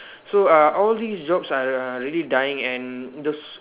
so err all these jobs are really dying and the s~